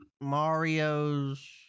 Mario's